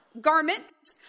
Garments